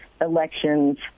elections